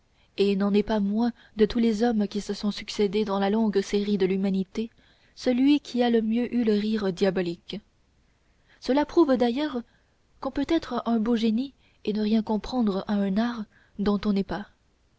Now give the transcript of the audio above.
et n'en est pas moins de tous les hommes qui se sont succédé dans la longue série de l'humanité celui qui a le mieux eu le rire diabolique cela prouve d'ailleurs qu'on peut être un beau génie et ne rien comprendre à un art dont on n'est pas